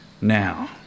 now